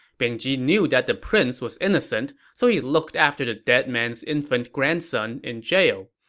bing ji knew that the prince was innocent, so he looked after the dead man's infant grandson in jail.